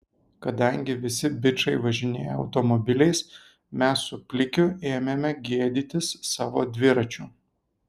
kadangi visi bičai važinėjo automobiliais mes su plikiu ėmėme gėdytis savo dviračių